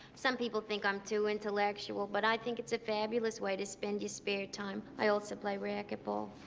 some people think i'm too intellectual, but i think it's a fabulous way to spend your spare time. i also play racquetball.